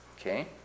Okay